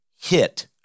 hit